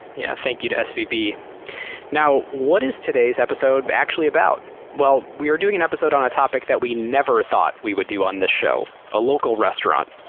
yeah, thank you to svb. now, what is today's episode actually about? well, we are doing an episode on a topic that we never thought we would do on the show. a local restaurant.